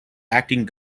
acting